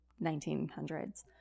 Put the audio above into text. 1900s